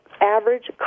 average